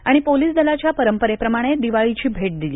आणि पोलीस दलाच्या परंपरेप्रमाणे दिवाळीची भेट दिली